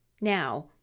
Now